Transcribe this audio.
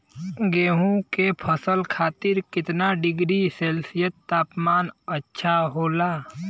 गेहूँ के फसल खातीर कितना डिग्री सेल्सीयस तापमान अच्छा होला?